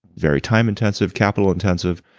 very time intensive, capital intensive.